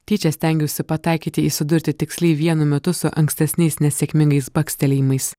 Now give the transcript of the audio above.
tyčia stengiausi pataikyti įsidurti tiksliai vienu metu su ankstesniais nesėkmingais bakstelėjimais